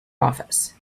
office